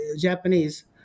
Japanese